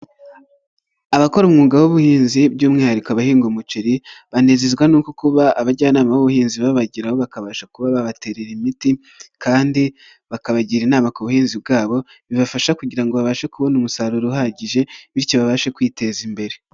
Abakora umwuga w'ubuhinzi by'umwihariko abahinga umuceri banezezwa nuko kuba abajyanama b'ubuhinzi babageraho bakabasha kuba babaterera imiti kandi bakabagira inama ku buhinzi bwabo bibafasha kugira ngo babashe kubona umusaruro uhagije bityo babashe kwiteza imbere.